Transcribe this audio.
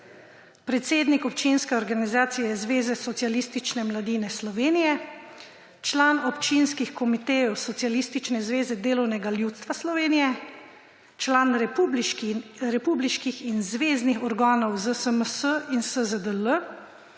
predsednik občinske organizacije Zveze socialistične mladine Slovenije, član občinskih komitejev Socialistične zveze delovnega ljudstva Slovenije, član republiških in zveznih organov ZSMS in SZDL.